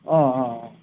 অঁ অঁ অঁ